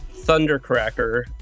Thundercracker